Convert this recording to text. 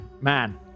man